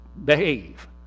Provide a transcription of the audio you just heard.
Behave